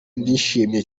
ndishimye